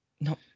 no